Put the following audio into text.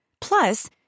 Plus